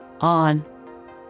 On